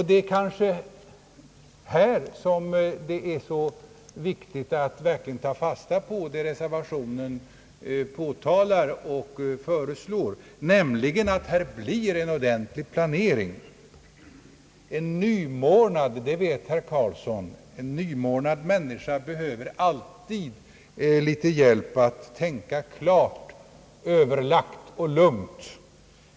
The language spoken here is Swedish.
Det är kanske här som det är så viktigt att ta fasta på vad reservationen föreslår, nämligen att en ordentlig planering kommer till stånd. En nymornad människa, det vet herr Karlsson, behöver alltid litet hjälp att tänka klart, överlagt och lugnt.